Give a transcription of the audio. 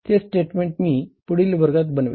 ते स्टेटमेंट मी पुढील वर्गात बनवेल